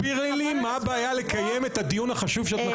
תסבירי לי מה הבעיה לקיים את הדיון החשוב שאת מציעה אחרי קריאה ראשונה?